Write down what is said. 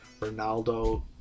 Ronaldo